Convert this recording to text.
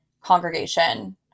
congregation